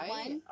one